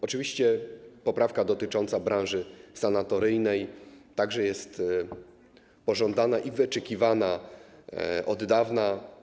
Oczywiście poprawka dotycząca branży sanatoryjnej także jest pożądana i wyczekiwana od dawna.